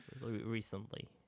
recently